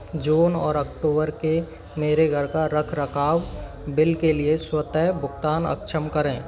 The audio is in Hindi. जून और अक्टूबर के मेरे घर का रखरखाव बिल के लिए स्वतः भुगतान अक्षम करें